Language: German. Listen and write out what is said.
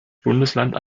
bundesland